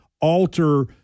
alter